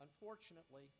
unfortunately